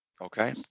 Okay